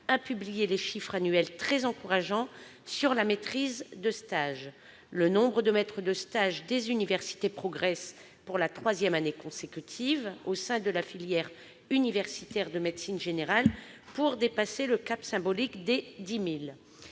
a publié des chiffres annuels très encourageants en matière de maîtrise de stage. Le nombre de maîtres de stage des universités progresse pour la troisième année consécutive au sein de la filière universitaire de médecine générale, pour dépasser le cap symbolique des 10 000.